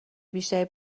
بیشتری